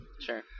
Sure